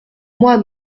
moi